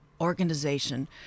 Organization